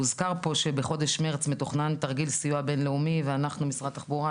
הוזכר פה שבחודש מרץ מתוכנן תרגיל סיוע בין-לאומי ומשרד התחבורה,